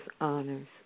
honors